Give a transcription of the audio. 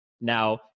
now